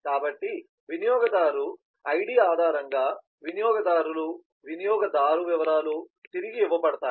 కాబట్టి వినియోగదారు ఐడి ఆధారంగా వినియోగదారులు వినియోగదారు వివరాలు తిరిగి ఇవ్వబడతాయి